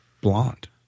blonde